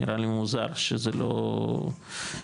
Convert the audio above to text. נראה לי מוזר שזה לא מאוכלס,